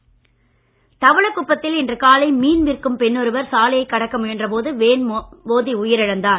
விபத்து தவளக்குப்பத்தில் இன்று காலை மீன் விற்கும் பெண் ஒருவர் சாலையை கடக்க முயன்ற போது வேன் மோதி உயிர் இழந்தார்